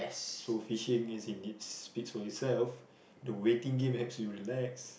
so fishing as in it speaks for itself the waiting game helps you relax